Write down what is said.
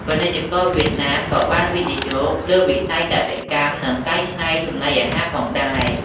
ពាណិជ្ជករវៀតណាមក៏បានវិនិយោគលើវិស័យកសិកម្មនិងកែច្នៃចំណីអាហារផងដែរ។